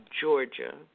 Georgia